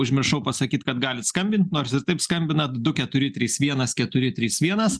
užmiršau pasakyt kad galit skambint nors ir taip skambinat du keturi trys vienas keturi trys vienas